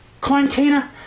Quarantina